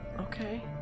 Okay